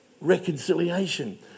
reconciliation